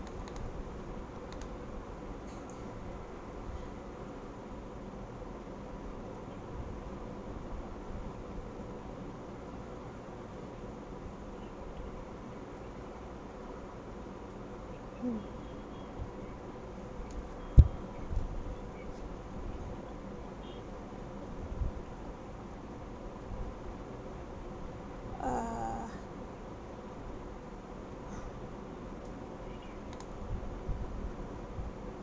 hmm uh